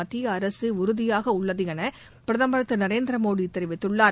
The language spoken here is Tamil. மத்திய அரசு உறுதியாக உள்ளது என பிரதமர் திரு நரேந்திர மோடி தெரிவித்துள்ளார்